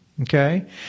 Okay